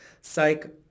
psych